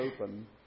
open